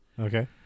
Okay